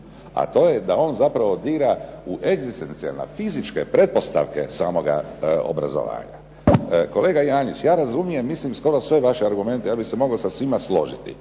a to je da on zapravo dira u egzistencijalne fizičke pretpostavke samoga obrazovanja. Kolega Janjić ja razumijem mislim skoro sve vaše argumente. Ja bih se mogao sa svima složiti